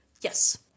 Yes